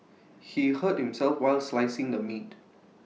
he hurt himself while slicing the meat